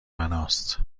بناست